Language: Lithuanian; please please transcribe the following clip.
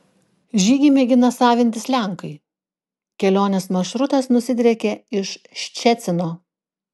žygį mėgina savintis lenkai kelionės maršrutas nusidriekė iš ščecino